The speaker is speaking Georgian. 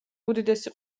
უდიდესი